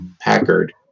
Packard